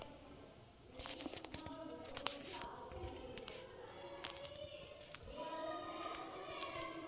एक अच्छे ग्राहक अनुभव के लिए आपको क्या लगता है?